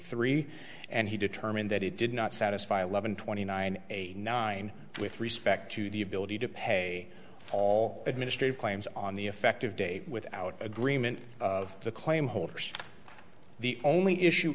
three and he determined that it did not satisfy eleven twenty nine nine with respect to the ability to pay all administrative claims on the effective date without agreement of the claim holders the only issue